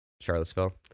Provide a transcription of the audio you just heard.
Charlottesville